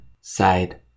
side